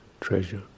treasure